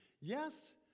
Yes